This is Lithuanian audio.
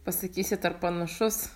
pasakysit ar panašus